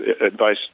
advice